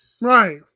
Right